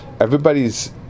Everybody's